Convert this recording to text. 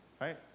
right